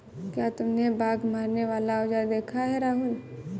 क्या तुमने बाघ मारने वाला औजार देखा है राहुल?